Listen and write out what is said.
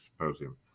symposium